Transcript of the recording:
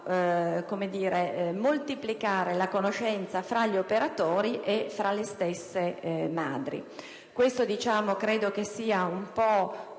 possano moltiplicare la conoscenza fra gli operatori e fra le stesse madri. Questo credo sia un po'